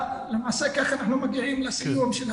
למעשה כך אנחנו מגיעים לסיום של הסיפור.